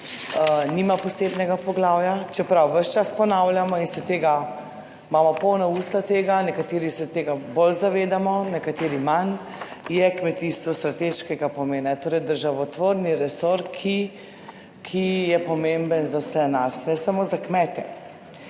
nima posebnega poglavja, čeprav ves čas ponavljamo in se tega, imamo polna usta tega, nekateri se tega bolj zavedamo, nekateri manj, je kmetijstvo strateškega pomena, torej državotvorni resor, ki je pomemben za vse nas, ne samo za kmete.